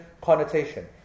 connotation